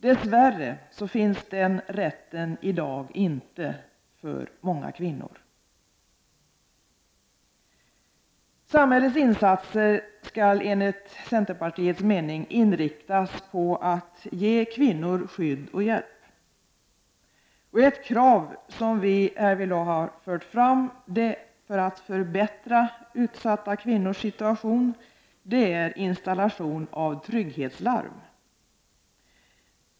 Dess värre gäller inte den rätten i dag för många kvinnor. Samhällets insatser skall enligt centerpartiets mening inriktas på att ge kvinnor skydd och hjälp. Ett krav som vi härvidlag för fram för att förbättra utsatta kvinnors situation är att det skall finnas möjlighet till installation av trygghetslarm.